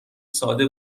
ساده